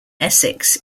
essex